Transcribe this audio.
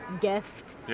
gift